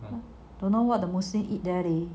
don't know what the muslim eat there leh